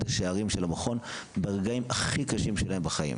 השערים של המכון ברגעים הכי קשים שלהם בחיים.